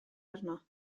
arno